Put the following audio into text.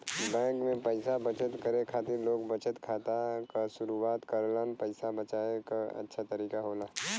bank में पइसा बचत करे खातिर लोग बचत खाता क शुरआत करलन पइसा बचाये क अच्छा तरीका होला